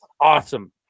awesome